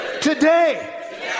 today